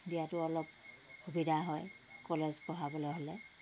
দিয়াতো অলপ সুবিধা হয় কলেজ পঢ়াবলৈ হ'লে